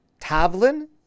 tavlin